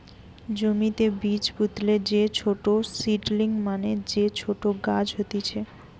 জমিতে বীজ পুতলে যে ছোট সীডলিং মানে যে ছোট গাছ হতিছে